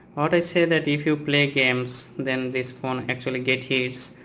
what i say that if you play games then this phone actually get heats!